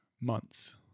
months